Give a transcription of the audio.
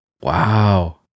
Wow